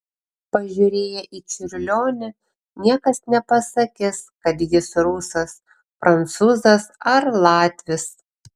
pažiūrėję į čiurlionį niekas nepasakys kad jis rusas prancūzas ar latvis